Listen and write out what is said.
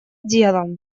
делом